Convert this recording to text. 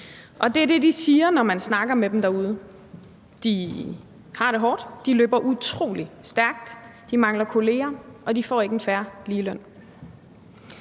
Og det er det, de siger, når man snakker med dem derude. De har det hårdt, de løber utrolig stærkt, de mangler kolleger, og de får ikke en fair ligeløn.